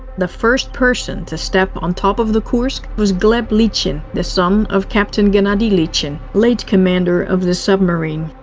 the first person to step on top of the kursk was gleb lyachin, the son of captain gennadiy lyachin, late commander of the submarine.